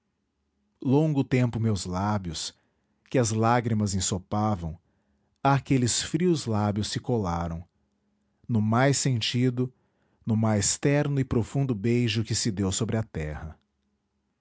longo tempo meus lábios que as lágrimas ensopavam àqueles frios lábios se colaram no mais sentido no mais terno e profundo beijo que se deu sobre a terra